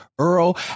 Earl